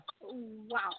Wow